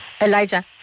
Elijah